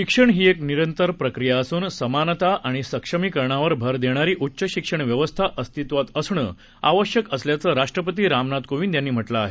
शिक्षण ही एक निरंतर प्रक्रिया असून समानता आणि सक्षमीकरणावर भर देणारी उच्च शिक्षण व्यवस्था अस्तित्वात असणं आवश्यक असल्याचं राष्ट्रपती रामनाथ कोविंद यांनी म्हटलं आहे